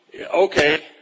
okay